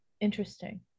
interesting